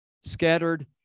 Scattered